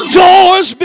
doors